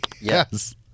Yes